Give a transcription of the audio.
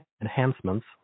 enhancements